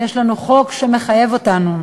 יש לנו חוק שמחייב אותנו: